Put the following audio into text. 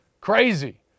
Crazy